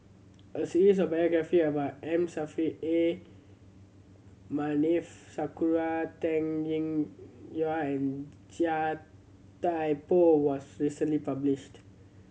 a series of biography about M Saffri A Manaf Sakura Teng Ying Yua and Chia Thye Poh was recently published